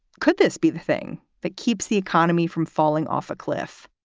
could this be the thing that keeps the economy from falling off a cliff?